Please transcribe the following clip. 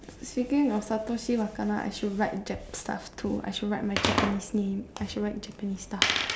speaking of I should write jap stuff too I should write my japanese name I should write japanese stuff